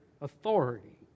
authority